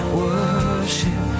worship